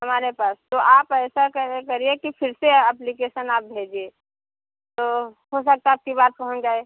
हमारे पास तो आप ऐसा कर करिए कि फिर से अप्लीकेसन आप भेजिए तो हो सकता अबकी बार पहुँच जाए